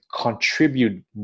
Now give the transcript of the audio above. contribute